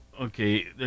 okay